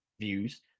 views